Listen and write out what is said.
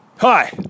Hi